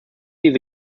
diese